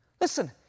listen